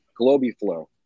Globiflow